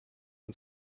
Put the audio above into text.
and